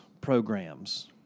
programs